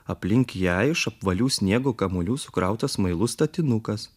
aplink ją iš apvalių sniego kamuolių sukrautas smailus statinukas